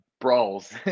brawls